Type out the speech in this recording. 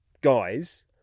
guys